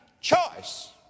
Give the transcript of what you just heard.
choice